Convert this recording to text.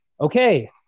okay